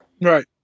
Right